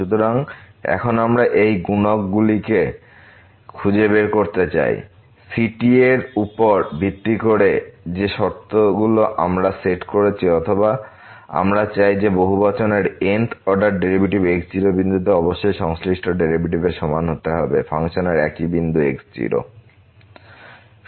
সুতরাং এখন আমরা এই গুণক গুলি খুঁজে বের করতে চাই ciএর উপর ভিত্তি করে যে শর্তগুলো আমরা সেট করেছি অথবা আমরা চাই যে এই বহুবচনের n th order derivative x0 বিন্দুতে অবশ্যই সংশ্লিষ্ট ডেরিভেটিভের সমান হতে হবে ফাংশনের একই বিন্দু x0